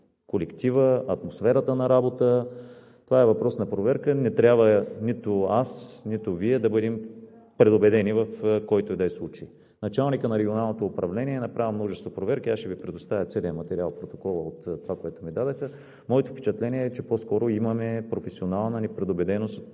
колектива, атмосферата на работа. Това е въпрос на проверка. Не трябва нито аз, нито Вие да бъдем предубедени в който и да е случай. Началникът на Регионалното управление е направил множество проверки – аз ще Ви предоставя целия материал, протоколът от това, което ми дадоха. Моето впечатление е, че по-скоро имаме професионална непредубеденост